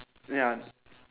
ya